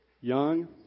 Young